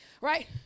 right